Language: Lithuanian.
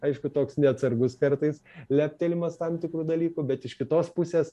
aišku toks neatsargus kartais leptelėjimas tam tikrų dalykų bet iš kitos pusės